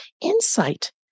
insight